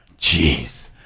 Jeez